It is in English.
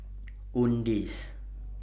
Owndays